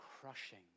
crushing